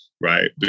right